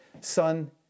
Son